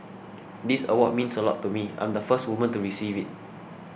this award means a lot to me I'm the first woman to receive it